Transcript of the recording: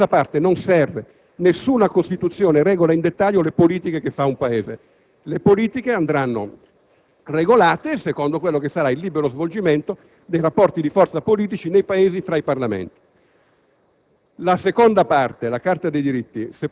La terza parte va lasciata fuori. La terza parte non serve. Nessuna Costituzione regola nel dettaglio le politiche che fa un Paese. Le politiche andranno regolate secondo quel che sarà il libero svolgimento dei rapporti di forza politici nei Paesi tra i Parlamenti.